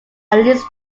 least